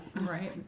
right